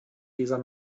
dieser